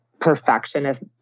perfectionist